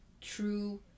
true